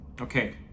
Okay